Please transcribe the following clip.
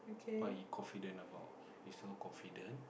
what he confident about he so confident